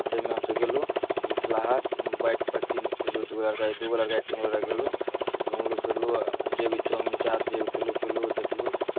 ताहिमे हमसभ गेलहुँ मिथिला हाट बाइकपर तीन दू गो लड़का दू गो लड़का दू गो लड़का या तीन गो लड़का गेलहुँ घुमलहुँ फिरलहुँ जे भी चाऊमीन चाट जे भी खेलहुँ पीलहुँ देखलहुँ